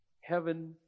heaven